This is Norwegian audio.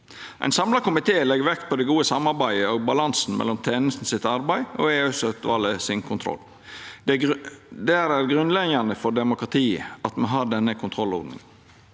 Ein samla komité legg vekt på det gode samarbeidet og balansen mellom tenestene sitt arbeid og EOS-utvalet sin kontroll. Det er grunnleggjande for demokratiet at me har denne kontrollordninga.